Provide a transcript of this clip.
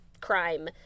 crime